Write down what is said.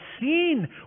seen